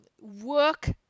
work